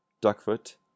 Duckfoot